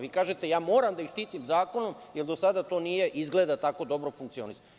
Vi kažete – ja moram da ih štitim zakonom, jer do sada to nije izgleda tako dobro funkcionisalo.